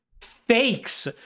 Fakes